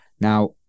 Now